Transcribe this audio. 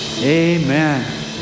Amen